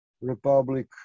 republic